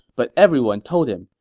but everyone told him,